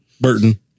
Burton